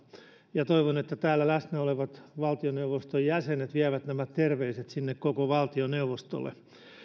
toivon että täällä läsnä olevat valtioneuvoston jäsenet vievät nämä terveiset sinne koko valtioneuvostolle